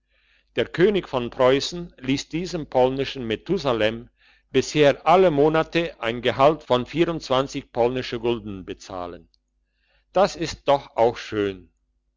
der könig von preussen liess diesem polnischen methusalem bisher alle monate ein gehalt von polnischen gulden bezahlen das ist doch auch schön